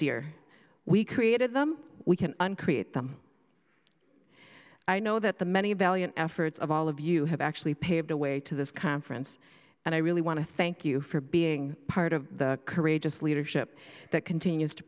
dear we created them we can uncreate them i know that the many valiant efforts of all of you have actually paved the way to this conference and i really want to thank you for being part of the courageous leadership that continues to